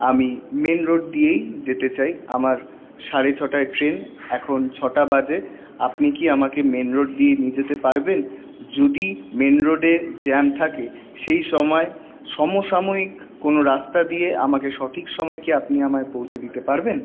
আমি main road দিয়েই যেতে চাই আমার সাড়ে ছটায় ট্রেন এখন ছটা বাজে আপনি কি আমাকে মেন রোড দিয়ে নিয়ে যেতে পারবেন যদি মেন রোডে জ্যাম থাকে সেই সময় সমসাময়িক কোনো রাস্তা দিয়ে আমাকে সঠিক সময় কি আপনি আমায় পৌঁছে দিতে পারবেন